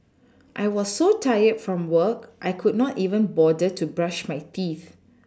I was so tired from work I could not even bother to brush my teeth